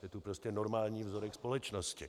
Je tu prostě normální vzorek společnosti.